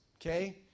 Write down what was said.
okay